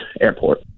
airport